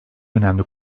önemli